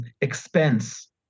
expense